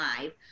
live